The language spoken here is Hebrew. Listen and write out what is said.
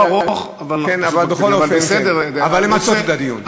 לא, הוא לא ארוך, אבל בסדר, אבל למצות את הדיון.